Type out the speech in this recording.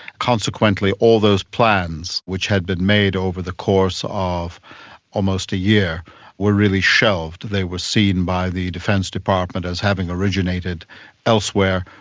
consequently all those plans which had been made over the course of almost a year were really shelved. they were seen by the defence department as having originated elsewhere.